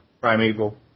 Primeval